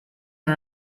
are